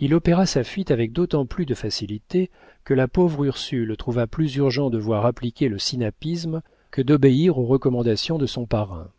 il opéra sa fuite avec d'autant plus de facilité que la pauvre ursule trouva plus urgent de voir appliquer le sinapisme que d'obéir aux recommandations de son parrain